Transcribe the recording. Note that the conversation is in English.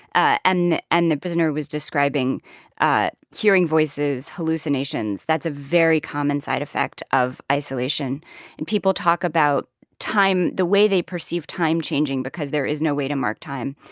ah and the and the prisoner was describing hearing voices, hallucinations. that's a very common side effect of isolation and people talk about time the way they perceive time changing because there is no way to mark time.